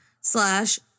slash